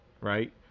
right